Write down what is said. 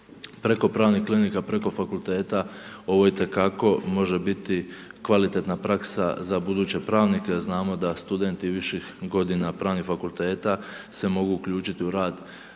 preko pravnih klinika, preko fakulteta ovo itekako može biti kvalitetna praksa za buduće pravnike jer znamo da studenti viših godina pravnih fakulteta se mogu uključiti u rad